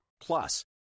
Plus